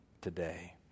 today